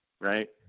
right